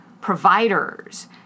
providers